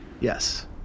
Yes